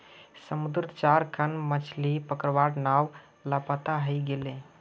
समुद्रत चार खन मछ्ली पकड़वार नाव लापता हई गेले